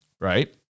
Right